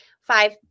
five